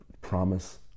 promise